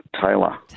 Taylor